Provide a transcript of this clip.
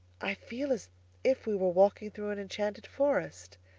i feel as if we were walking through an enchanted forest,